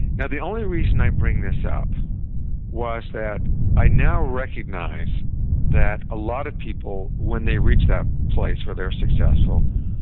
now, the only reason i bring this up was that i now recognized that a lot of people, when they reach that place where they're successful,